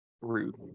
Rude